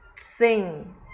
sing